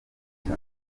cane